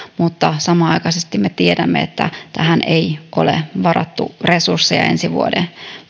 mutta samanaikaisesti me tiedämme että tähän ei ole varattu resursseja ensi vuoden